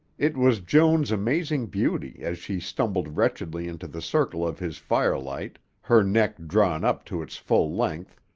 it was joan's amazing beauty as she stumbled wretchedly into the circle of his firelight, her neck drawn up to its full length,